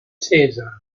caesar